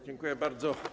Dziękuję bardzo.